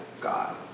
God